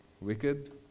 Wicked